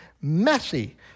messy